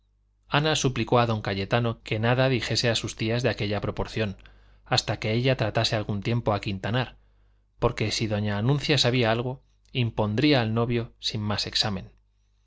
ana suplicó a don cayetano que nada dijese a sus tías de aquella proporción hasta que ella tratase algún tiempo a quintanar porque si doña anuncia sabía algo impondría al novio sin más examen